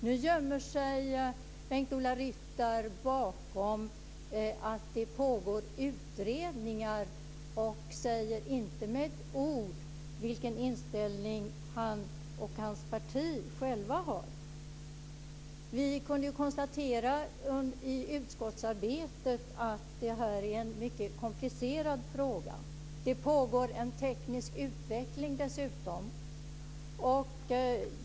Nu gömmer sig Bengt-Ola Ryttar bakom att det pågår utredningar men anger inte med ett ord vilken inställning han och hans parti har för egen del. Vi kunde under utskottsarbetet konstatera att detta är en mycket komplicerad fråga. Det pågår dessutom en teknisk utveckling.